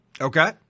Okay